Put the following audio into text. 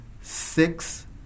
six